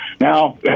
now